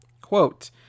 Quote